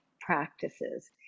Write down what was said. practices